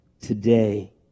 today